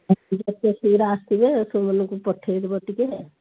ଆସିବେ ସେମାନଙ୍କୁ ପଠେଇବ ଟିକେ